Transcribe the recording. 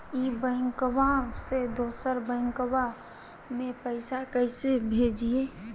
ई बैंकबा से दोसर बैंकबा में पैसा कैसे भेजिए?